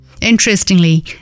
Interestingly